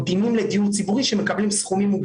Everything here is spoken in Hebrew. צריך לקיים דיון אמיתי עם כל הגורמים שנמצאים שם.